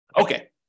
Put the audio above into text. Okay